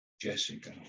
Jessica